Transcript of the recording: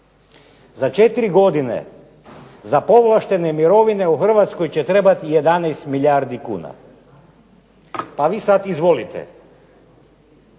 Za četiri godine za povlaštene mirovine u Hrvatskoj će trebati 11 milijardi kuna. Pa vi sad izvolite,